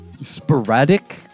sporadic